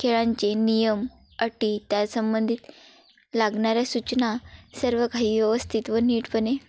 खेळांचे नियम अटी त्या संबंधित लागणाऱ्या सूचना सर्व काही व्यवस्थित व नीटपणे